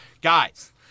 Guys